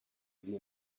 sie